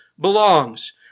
belongs